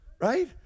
Right